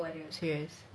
serious